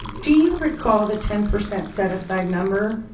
do you recall the ten percent set-aside number?